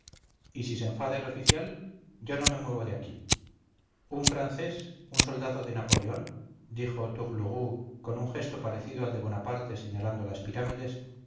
y si se enfada el oficial yo no me muevo de aquí un francés un soldado de napoleón dijo tourlourou con un gesto parecido al de bonaparte señalando las pirámides